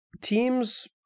teams